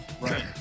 Right